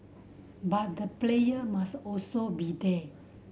but the player must also be there